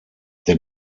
der